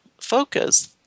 focus